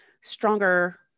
stronger